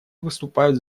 выступают